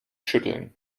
schütteln